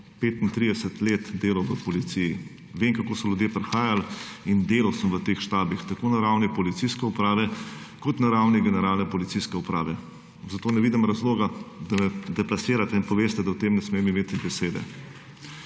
35 let delal v Policiji. Vem kako so ljudje prihajali in delal sem v teh štabih tako na ravni policijske uprave kot na ravni generale policijske uprave, zato ne vidim razloga, da me deplasirate in poveste, da o tem ne smem imeti besede.